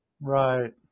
Right